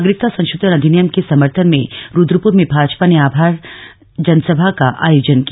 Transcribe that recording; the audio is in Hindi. नागरिकता संशोधन अधिनियम के समर्थन में रुद्रपुर में भाजपा ने आभार जनसभा का आयोजन किया